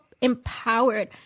empowered